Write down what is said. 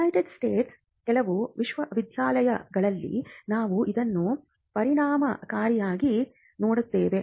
United ಸ್ಟೇಟ್ಸ್ನ ಕೆಲವು ವಿಶ್ವವಿದ್ಯಾಲಯಗಳಲ್ಲಿ ನಾವು ಇದನ್ನು ಪರಿಣಾಮಕಾರಿಯಾಗಿ ನೋಡಿದ್ದೇವೆ